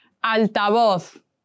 altavoz